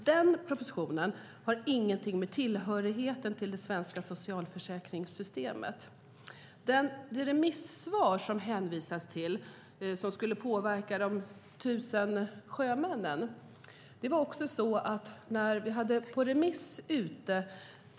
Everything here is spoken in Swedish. Den propositionen har ingenting med tillhörigheten till det svenska socialförsäkringssystemet att göra. Interpellanten hänvisar till det remissvar som tar upp hur de tusen sjömännen påverkas.